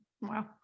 Wow